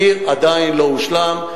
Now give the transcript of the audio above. התחקיר עדיין לא הושלם.